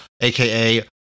Aka